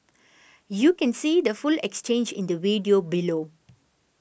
you can see the full exchange in the video below